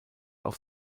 auf